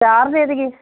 ਚਾਰ ਦੇ ਦਈਏ